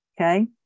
Okay